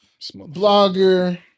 blogger